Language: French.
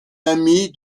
ami